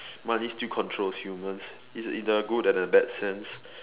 money still controls humans is in a good and a bad sense